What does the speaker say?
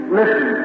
listen